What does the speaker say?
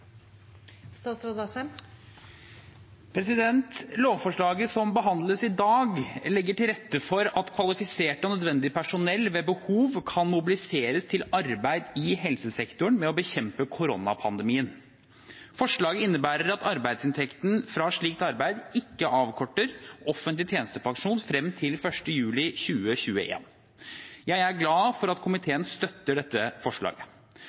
Lovforslaget som behandles i dag, legger til rette for at kvalifisert og nødvendig personell ved behov kan mobiliseres til arbeid i helsesektoren med å bekjempe koronapandemien. Forslaget innebærer at arbeidsinntekten fra slikt arbeid ikke avkorter offentlig tjenestepensjon frem til 1. juli 202l. Jeg er glad for at komiteen støtter dette forslaget.